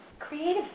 Creative